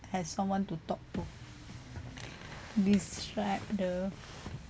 has someone to talk to describe the